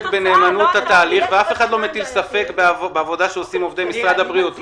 במהימנות ואף אחד לא מטיל ספק בעבודה שעושים עובדים משרד הבריאות.